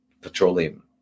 petroleum